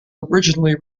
originally